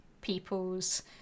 people's